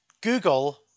Google